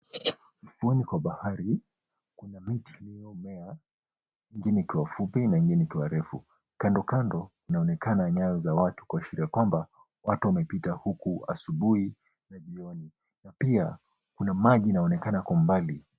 Ufuoni kwa bahari kuna miti iliyomea , ingine ikiwa fupi na ingine ikiwa refu. Kandokando kunaonekana nyayo za watu kuashiria ya kwamba watu wamepita huku asubui na jioni na pia kuna maji inaonekana kwa mbali.